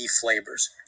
flavors